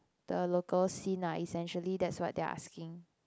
the local scene ah essentially that's what they are asking